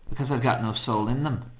because they've got no soul in them.